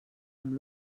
amb